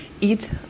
eat